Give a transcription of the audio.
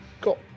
Cool